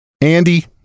Andy